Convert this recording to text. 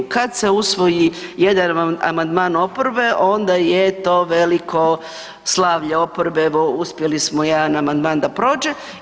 Kad se usvoji jedan amandman oporbe onda je to veliko slavlje oporbe, evo uspjeli smo jedan amandman da prođe.